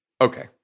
Okay